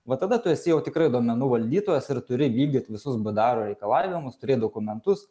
va tada tu esi jau tikrai duomenų valdytojas ir turi vykdyt visus bdaro reikalavimus turėt dokumentus